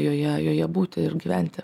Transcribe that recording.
joje joje būti ir gyventi